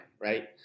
Right